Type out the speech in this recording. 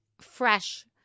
fresh